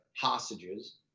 hostages